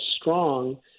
strong